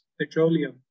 petroleum